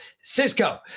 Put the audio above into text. Cisco